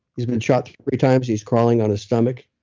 he's been shot three times, he's crawling on his stomach,